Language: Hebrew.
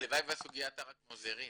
הלוואי והסוגיה הייתה רק ממזרים,